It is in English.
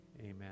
Amen